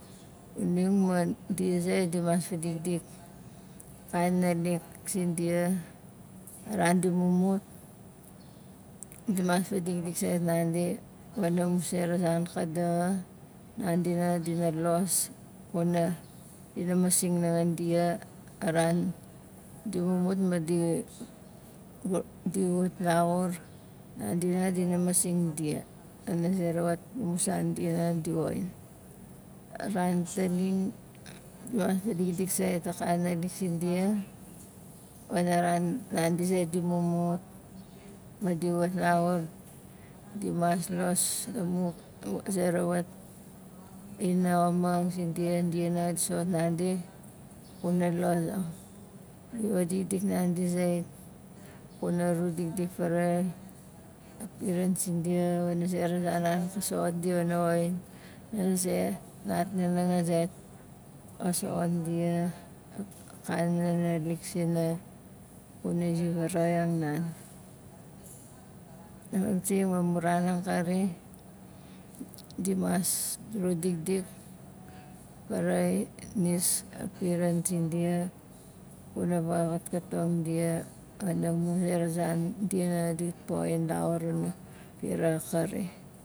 Xuning man dia zait dimas fadikdik akana naalik sindia a ran di mumut dimas fadikdik sait nandi wana mu sera zan ka daxa nandi hanga dina los kuna dina masing nanga dia aran di mumut ma di wu- di wut laxur nandi nanga dina masing dia wana zera wat mu san dia hanga di woxin a ran taning dimas fadikdik sait akana naalik sindia wana ran nandi zait di mumut ma dit wat laxur dimas los amu zera wat a inaxaming sindia dia nanga di soxot nandi kuna lozang fadikdik nandi zait kuna ru dikdik faraxain a piran sindia wana zera zan nan soxot dia wana woxin pana ze natna nanga zait ka soxot dia akanalik sina xuna zi vaaraxaiang nan masing ma mun ran akari dimas ru dikdik faraxain nis a piran sindia kuna voxatkatong dia pana mu zera zan dia nanga dit poxin laxur wana pira akari